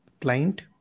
client